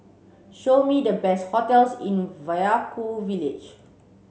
show me the best hotels in Vaiaku village